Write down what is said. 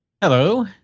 Hello